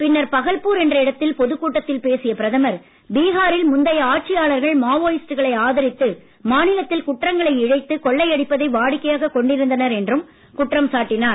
பின்னர் பகல்பூர் என்ற இடத்தில் பொதுக்கூட்டத்தில் பேசிய பிரதமர் பீஹாரில் முந்தைய ஆட்சியாளர்கள் மாவோயிஸ்டுகளை ஆதரித்து மாநிலத்தில் குற்றங்களை இழைத்து கொள்ளையடிப்பதை வாடிக்கையாகக் கொண்டிருந்தனர் என்றும் குற்றம் சாட்டினார்